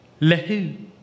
lehu